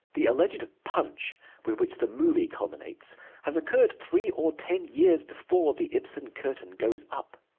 the alleged punch with which the movie culminates has occurred three or ten years before the ibsen curtain goes up.